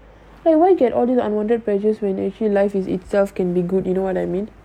like why get all these unwanted pressures when actually life is itself can be good you know what I mean